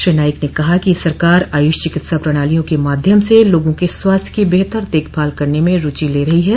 श्री नाइक ने कहा कि सरकार आयुष चिकित्सा प्रणालियों के माध्यम से लोगों के स्वास्थ्य की बेहतर देखभाल करने में रुचि ले रही है